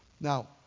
Now